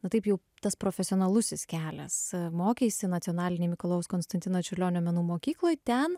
na taip jau tas profesionalusis kelias mokeisi nacionalinėj mikalojaus konstantino čiurlionio menų mokykloj ten